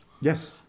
Yes